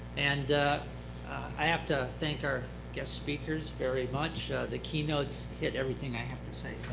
and i have to thank our guest speakers very much. the keynotes hit everything i have to say, so